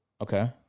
Okay